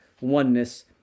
oneness